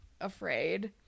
afraid